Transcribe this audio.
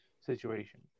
situation